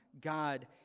God